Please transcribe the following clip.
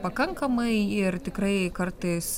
pakankamai ir tikrai kartais